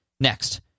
next